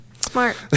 Smart